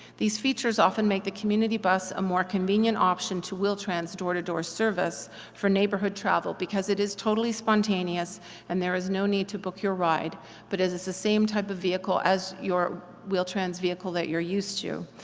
these features often make the community bus a more convenient option to wheel trans door-to-door service for neighbourhood travel, because it is totally spontaneous and there is no need to book your ride but it is the same type of vehicle as your wheel-trans vehicle, that you're used to,